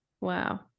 Wow